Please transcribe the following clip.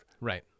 Right